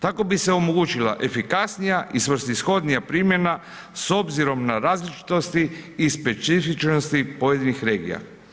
Tako bi se omogućila efikasnija i svrsishodnija primjena s obzirom na različitosti i specifičnosti pojedinih regija.